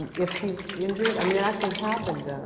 if she's injured? i mean, it actually happened